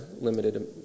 limited